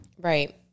Right